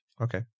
Okay